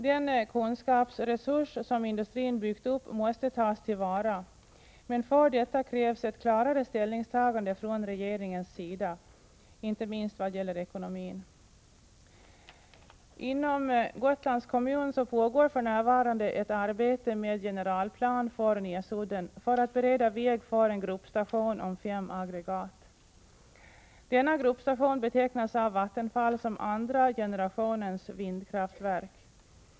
Den kunskapsresurs som industrin byggt upp måste tas till vara, men för detta krävs ett klarare ställningstagande från regeringens sida, inte minst vad gäller ekonomin. Inom Gotlands kommun pågår för närvarande ett arbete med generalplan för Näsudden för att bereda väg för en gruppstation om fem aggregat. Denna gruppstation betecknas av Vattenfall som andra generationens vindkraftverk.